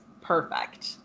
perfect